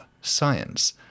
science